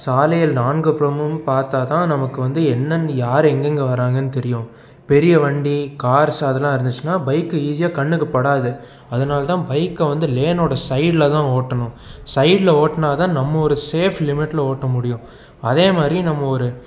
சாலையில் நான்கு புறமும் பார்த்தால் தான் நமக்கு வந்து என்னென்னு யார் எங்கேங்க வராங்கன்னு தெரியும் பெரிய வண்டி கார்ஸ் அதெலாம் இருந்துச்சுன்னா பைக் ஈஸியாக கண்ணுக்கு படாது அதனால தான் பைக்கை வந்து லேனோட சைடில் தான் ஓட்டணும் சைடில் ஒட்டினா தான் நம்ம ஒரு சேஃப் லிமிட்டில் ஓட்ட முடியும் அதே மாதிரி நம்ம ஒரு